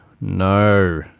no